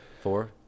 Four